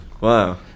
Wow